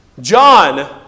John